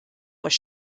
was